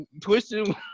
twisting